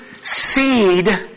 seed